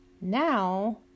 Now